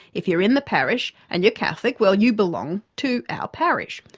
if you're in the parish and you're catholic, well you belong to our parish.